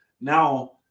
now